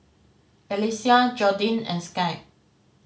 Alesia Jordin and Sky